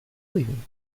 weaving